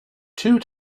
two